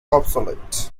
obsolete